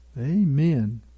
Amen